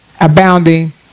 abounding